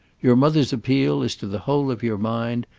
your mother's appeal is to the whole of your mind,